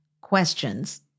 questions